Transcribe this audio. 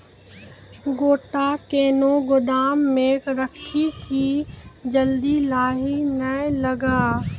गोटा कैनो गोदाम मे रखी की जल्दी लाही नए लगा?